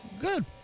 good